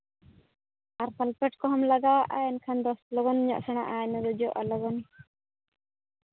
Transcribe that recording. ᱟᱨ sulphate ᱠᱚᱦᱚᱸᱢ ᱞᱟᱜᱟᱣᱟᱜᱼᱟ ᱮᱱᱠᱷᱟᱱ ᱫᱚ ᱞᱚᱜᱚᱱ ᱧᱚᱜ ᱥᱮᱬᱟᱜᱼᱟ ᱤᱱᱟᱹ ᱫᱚ ᱡᱚᱜᱼᱟ ᱞᱚᱜᱚᱱ